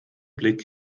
blick